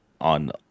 on